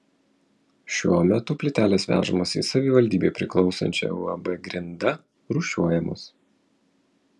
šiuo metu plytelės vežamos į savivaldybei priklausančią uab grinda rūšiuojamos